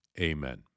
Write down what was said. Amen